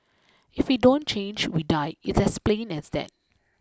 if we don't change we die it's as plain as that